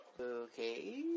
okay